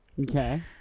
Okay